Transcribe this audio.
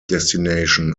destination